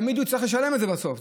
הוא יצטרך לשלם את זה בסוף.